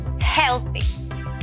healthy